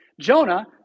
Jonah